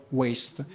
waste